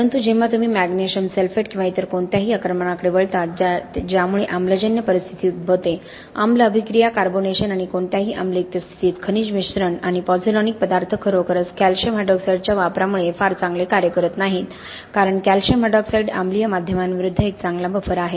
परंतु जेव्हा तुम्ही मॅग्नेशियम सल्फेट किंवा इतर कोणत्याही आक्रमणाकडे वळता ज्यामुळे आम्लजन्य परिस्थिती उद्भवते आम्ल अभिक्रिया कार्बोनेशन आणि कोणत्याही आम्लयुक्त स्थितीत खनिज मिश्रण आणि पॉझोलॅनिक पदार्थ खरोखरच कॅल्शियम हायड्रॉक्साईडच्या वापरामुळे फार चांगले कार्य करत नाहीत कारण कॅल्शियम हायड्रॉक्साईड अम्लीय माध्यमाविरूद्ध एक चांगला बफर आहे